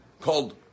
called